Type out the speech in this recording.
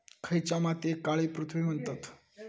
खयच्या मातीयेक काळी पृथ्वी म्हणतत?